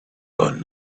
are